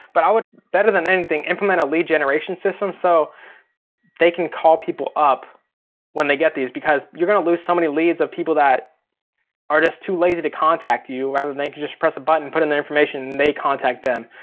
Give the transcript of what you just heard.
but i would better than anything, implement a lead generation system so they can call people up when they get these. because you're gonna lose so many leads of people that are just too lazy to contact you, rather they can just press a button, put in their information and they contact them.